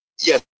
Yes